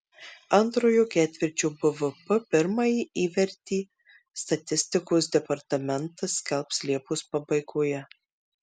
antrojo ketvirčio bvp pirmąjį įvertį statistikos departamentas skelbs liepos pabaigoje